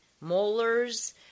molars